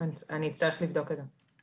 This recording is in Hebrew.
אני אצטרך לבדוק את זה.